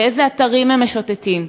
באיזה אתרים הם משוטטים.